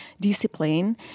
discipline